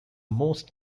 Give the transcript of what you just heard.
most